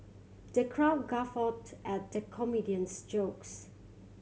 the crowd guffawed at the comedian's jokes